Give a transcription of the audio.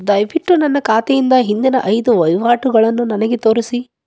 ದಯವಿಟ್ಟು ನನ್ನ ಖಾತೆಯಿಂದ ಹಿಂದಿನ ಐದು ವಹಿವಾಟುಗಳನ್ನು ನನಗೆ ತೋರಿಸಿ